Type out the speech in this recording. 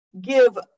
give